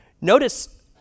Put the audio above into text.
notice